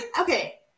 Okay